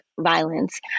violence